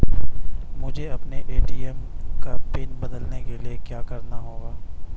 मुझे अपने ए.टी.एम का पिन बदलने के लिए क्या करना होगा?